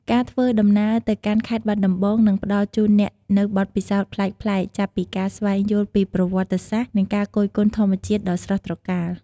ការធ្វើដំណើរទៅកាន់ខេត្តបាត់ដំបងនឹងផ្តល់ជូនអ្នកនូវបទពិសោធន៍ប្លែកៗ ចាប់ពីការស្វែងយល់ពីប្រវត្តិសាស្ត្រ និងការគយគន់ធម្មជាតិដ៏ស្រស់ត្រកាល។